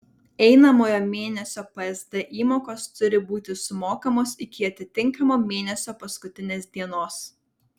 einamojo mėnesio psd įmokos turi būti sumokamos iki atitinkamo mėnesio paskutinės dienos